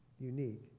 unique